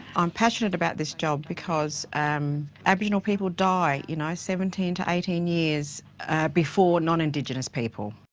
i'm passionate about this job because aboriginal people die you know seventeen to eighteen years before non-indigenous people.